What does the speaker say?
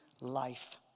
life